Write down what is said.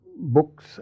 books